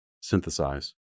Synthesize